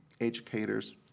educators